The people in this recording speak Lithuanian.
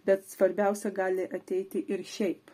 bet svarbiausia gali ateiti ir šiaip